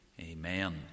amen